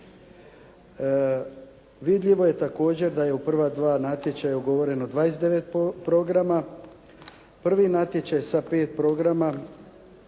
Vidljivo je također da je u prva dva natječaja ugovoreno 29 programa. Prvi natječaj sa pet programa,